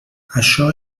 això